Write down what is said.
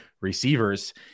receivers